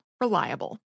Reliable